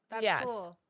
yes